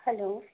hello